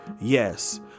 Yes